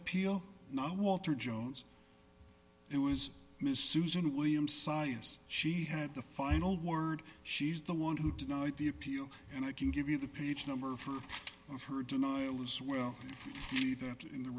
appeal now walter jones it was miss susan william size she had the final word she's the one who denied the appeal and i can give you the page number of her of her denial as well be th